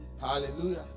Hallelujah